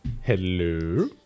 hello